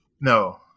no